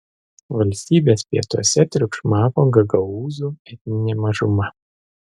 valstybės pietuose triukšmavo gagaūzų etninė mažuma